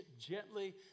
gently